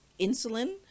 insulin